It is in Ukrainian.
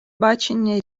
бачення